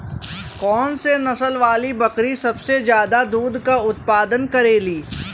कौन से नसल वाली बकरी सबसे ज्यादा दूध क उतपादन करेली?